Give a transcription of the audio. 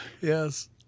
Yes